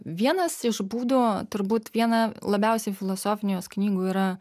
vienas iš būdų turbūt viena labiausiai filosofinių jos knygų yra